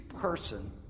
person